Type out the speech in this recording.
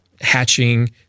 hatching